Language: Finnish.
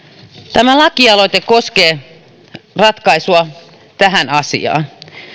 tämä lakialoite koskee ratkaisua tähän asiaan